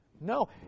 no